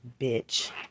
bitch